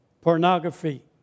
pornography